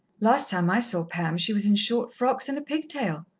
last time i saw pam she was in short frocks and a pigtail.